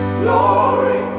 glory